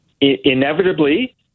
Inevitably